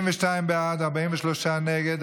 32 בעד, 43 נגד.